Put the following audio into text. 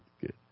good